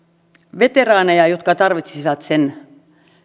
veteraaneja jotka tarvitsisivat sen